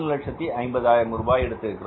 450000 எடுத்திருக்கிறோம்